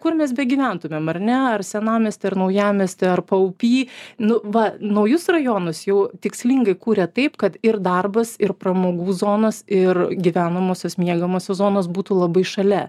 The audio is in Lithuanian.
kur mes begyventumėm ar ne ar senamiesty ar naujamiesty ar paupy nu va naujus rajonus jau tikslingai kuria taip kad ir darbas ir pramogų zonos ir gyvenamosios miegamosios zonos būtų labai šalia